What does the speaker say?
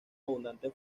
abundante